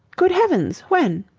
good heavens! when?